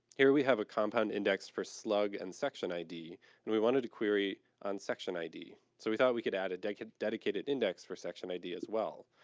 here we have a compound index for slug and section id and we wanted to query on section id, so we thought we could add a dedicated dedicated index for section id well,